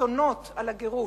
לקיתונות על הגירוש,